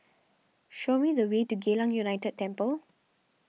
show me the way to Geylang United Temple